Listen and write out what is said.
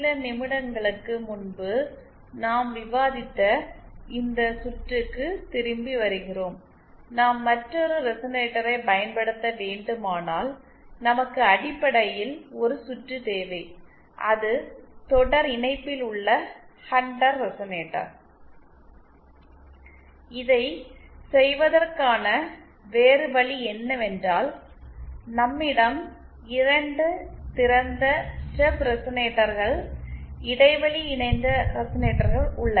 சில நிமிடங்களுக்கு முன்பு நாம் விவாதித்த இந்த சுற்றுக்கு திரும்பி வருகிறோம் நாம் மற்றொரு ரெசனேட்டரைப் பயன்படுத்த வேண்டுமானால் நமக்கு அடிப்படையில் ஒரு சுற்று தேவை அது தொடர் இணைப்பில் உள்ள ஹண்டர் ரெசனேட்டர் இதைச் செய்வதற்கான வேறு வழி என்னவென்றால் நம்மிடம் 2 திறந்த ஸ்டப் ரெசனேட்டர்கள் இடைவெளி இணைந்த ரெசனேட்டர்கள் உள்ளன